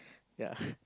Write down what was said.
ya